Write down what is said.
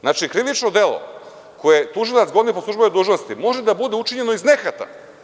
Znači, krivično delo koje tužilac goni po službenoj dužnosti može da bude učinjeno iz nehata.